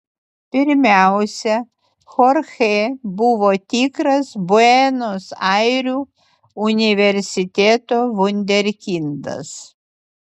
pirmiausia chorchė buvo tikras buenos airių universiteto vunderkindas